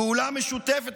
פעולה משותפת,